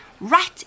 right